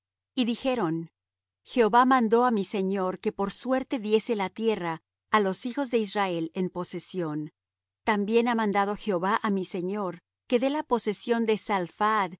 y dijeron jehová mandó á mi señor que por suerte diese la tierra á los hijos de israel en posesión también ha mandado jehová á mi señor que dé la posesión de